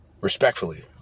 Respectfully